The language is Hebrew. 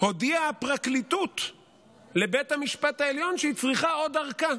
הודיעה הפרקליטות לבית המשפט העליון שהיא צריכה עוד ארכה.